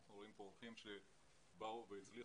אנחנו רואים כאן אנשים שהגיעו והצליחו,